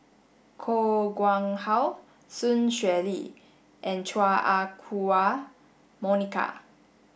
Koh Nguang How Sun Xueling and Chua Ah Huwa Monica